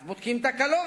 אז בודקים את הקלוריות.